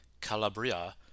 Calabria